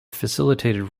facilitated